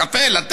בין הקפה לתה.